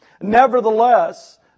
Nevertheless